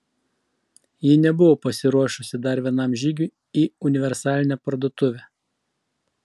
ji nebuvo pasiruošusi dar vienam žygiui į universalinę parduotuvę